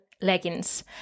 leggings